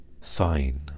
sign